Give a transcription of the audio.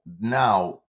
now